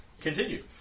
Continue